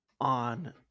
On